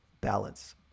balance